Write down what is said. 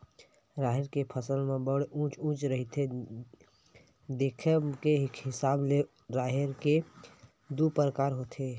राहेर के फसल ह बड़ उँच उँच रहिथे, दिखब के हिसाब ले राहेर के दू परकार होथे